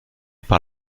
par